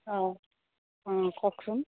অ অঁ কওকচোন